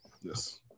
Yes